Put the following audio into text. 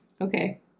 Okay